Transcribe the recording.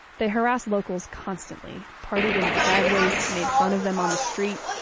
they harassed locals constantly, partied in their driveways, made fun of them on the street,